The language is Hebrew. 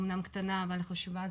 אמנם קטנה אבל חשובה,